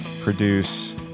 produce